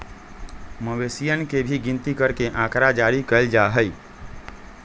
मवेशियन के भी गिनती करके आँकड़ा जारी कइल जा हई